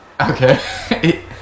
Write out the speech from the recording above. Okay